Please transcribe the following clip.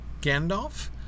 Gandalf